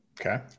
Okay